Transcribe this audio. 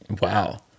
Wow